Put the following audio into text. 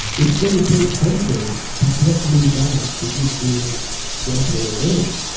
it's going to take something to get me back to just being genpo or dennis.